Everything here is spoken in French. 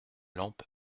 lampe